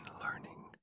learning